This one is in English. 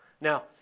Now